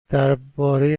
درباره